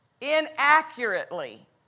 inaccurately